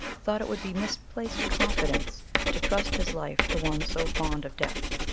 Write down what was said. thought it would be misplaced confidence to trust his life to one so fond of death,